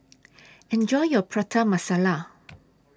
Enjoy your Prata Masala